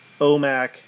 OMAC